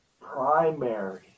primary